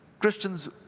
Christians